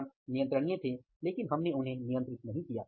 कारण नियंत्रणीय थे लेकिन हमने उन्हें नियंत्रित नहीं किया